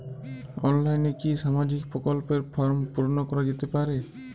অনলাইনে কি সামাজিক প্রকল্পর ফর্ম পূর্ন করা যেতে পারে?